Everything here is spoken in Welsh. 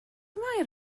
mair